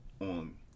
on